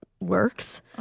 works